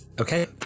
Okay